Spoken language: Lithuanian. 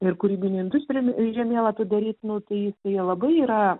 ir kūrybinių industrin žemėlapį daryt nu tai tai labai yra